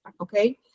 Okay